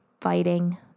fighting